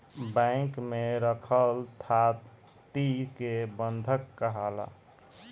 bank में रखल थाती के बंधक काहाला